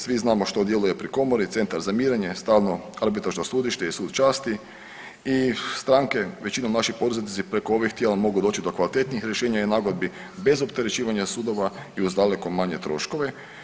Svi znamo što djeluje pri komori Centar za mirenje, stalno arbitražno sudište i Sud časti i stranke većinom naši poduzetnici preko ovih tijela mogu doći do kvalitetnijih rješenja i nagodbi bez opterećivanja sudova i uz daleko manje troškove.